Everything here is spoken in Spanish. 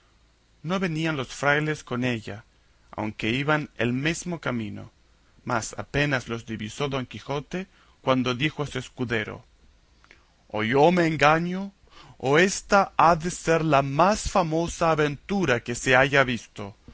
no venían los frailes con ella aunque iban el mesmo camino mas apenas los divisó don quijote cuando dijo a su escudero o yo me engaño o ésta ha de ser la más famosa aventura que se haya visto